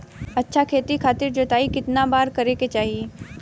अच्छा खेती खातिर जोताई कितना बार करे के चाही?